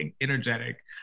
energetic